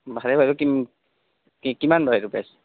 ভালে বাৰু কিমান বাৰু এইযোৰ প্ৰাইছ